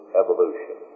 evolution